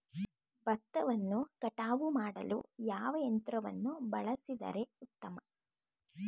ಭತ್ತವನ್ನು ಕಟಾವು ಮಾಡಲು ಯಾವ ಯಂತ್ರವನ್ನು ಬಳಸಿದರೆ ಉತ್ತಮ?